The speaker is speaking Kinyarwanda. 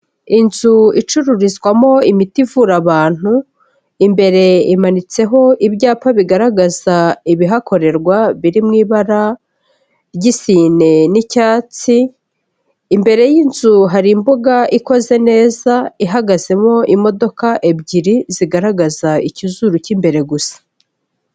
Inzu icururizwamo imiti ivura abantu, imbere imanitseho ibyapa bigaragaza ibihakorerwa biri mu ibara ry'isine n'icyatsi, imbere y'inzu hari imbuga ikoze neza, ihagazemo imodoka ebyiri zigaragaza icyizuru cy'imbere gusa.